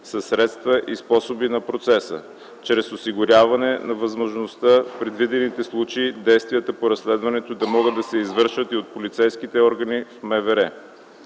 със средствата и способите на процеса, чрез осигуряване на възможността в предвидените случаи действия по разследването да могат да извършат и полицейските органи в МВР.